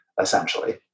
essentially